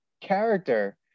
character